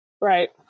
Right